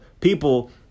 people